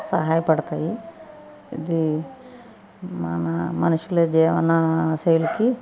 సహాయపడతాయి ఇది మన మనుషుల జీవన శైలికి